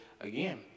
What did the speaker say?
again